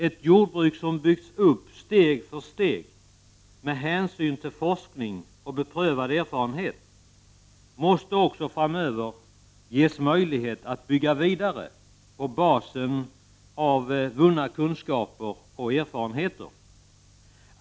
Ett jordbruk som byggts upp steg för steg med hänsyn till forskning och beprövad erfarenhet måste också framöver ges möjlighet att bygga vidare på basen av vunna kunskaper och erfarenheter.